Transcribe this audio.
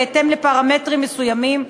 בהתאם לפרמטרים מסוימים,